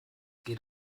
geht